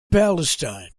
palestine